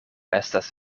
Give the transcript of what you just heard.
estas